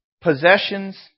possessions